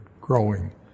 growing